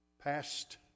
past